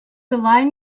align